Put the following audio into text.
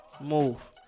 Move